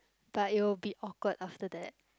but it will be awkward after that